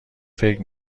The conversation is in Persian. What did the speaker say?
فکر